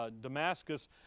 Damascus